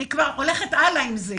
אני כבר הולכת הלאה עם זה.